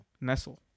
Nestle